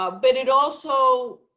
ah but it also,